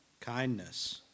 kindness